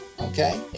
Okay